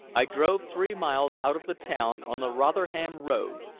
i drove three miles out of the town on the rotherham road,